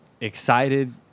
excited